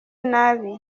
inabi